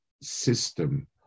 system